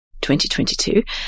2022